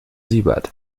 siebert